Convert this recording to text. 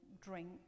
drink